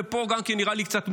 ופה גם כן נראה לי קצת מוזר.